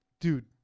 Dude